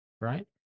right